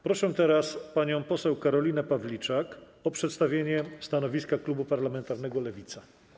Proszę teraz panią poseł Karolinę Pawliczak o przedstawienie stanowiska klubu parlamentarnego Lewica.